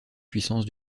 puissances